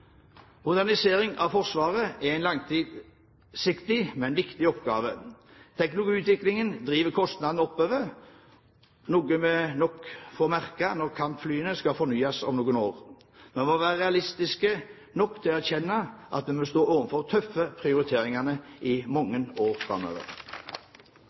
Modernisering av Forsvaret er en langsiktig, men viktig oppgave. Teknologiutviklingen driver kostnadene oppover, noe vi nok får merke når kampflyene skal fornyes om noen år. Vi må være realistiske nok til å erkjenne at vi vil stå overfor tøffe prioriteringer i